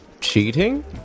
cheating